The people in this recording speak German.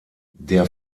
der